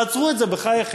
תעצרו את זה, בחייכם.